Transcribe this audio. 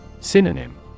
Synonym